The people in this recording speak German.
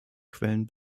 quellen